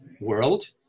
world